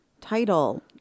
title